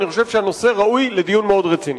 אני חושב שהנושא ראוי לדיון מאוד רציני.